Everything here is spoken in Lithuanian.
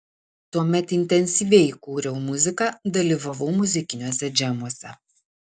tuomet intensyviai kūriau muziką dalyvavau muzikiniuose džemuose